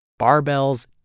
barbells